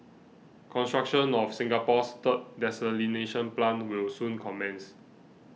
construction of Singapore's third desalination plant will soon commence